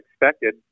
expected